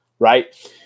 Right